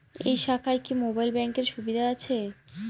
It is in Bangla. এই শাখায় কি মোবাইল ব্যাঙ্কের সুবিধা আছে?